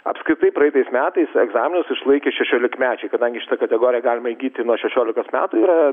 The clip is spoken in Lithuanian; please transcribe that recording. apskritai praeitais metais egzaminus išlaikė šešiolikmečiai kadangi šitą kategoriją galima įgyti nuo šešiolikos metų yra